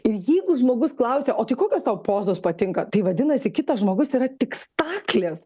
ir jeigu žmogus klausia o tai kokios tau pozos patinka tai vadinasi kitas žmogus yra tik staklės